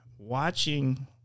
Watching